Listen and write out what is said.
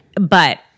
But-